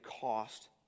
cost